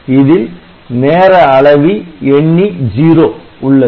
இதில் நேர அளவி எண்ணி 0 உள்ளது